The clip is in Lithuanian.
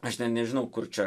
aš ne nežinau kur čia